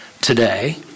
today